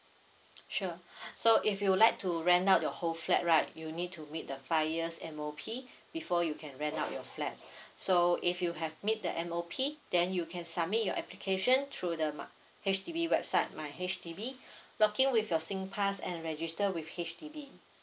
sure so if you would like to rent out your whole flat right you need to meet the five years M_O_P before you can rent out your flats so if you have meet the M_O_P then you can submit your application through the mar~ H_D_B website my H_D_B login with your singpass and register with H_D_B